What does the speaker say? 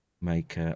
make